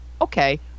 okay